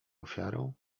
ofiarą